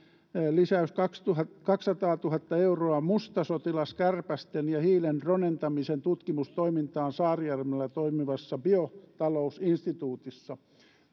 lisäys kaksisataatuhatta euroa mustasotilaskärpästen ja hiilen dronentamisen tutkimustoimintaan saarijärvellä toimivassa biotalousinstituutissa